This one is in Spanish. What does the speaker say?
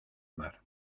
mar